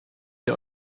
der